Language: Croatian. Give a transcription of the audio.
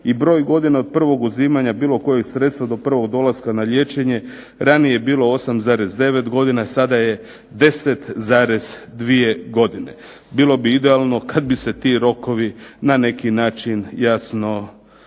I broj godina od prvog uzimanja bilo kojeg sredstva do prvog dolaska na liječenje, ranije je bilo 8,9 godina, sada je 10,2 godine. Bilo bi idealno kad bi se ti rokovi na neki način jasno